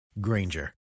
Granger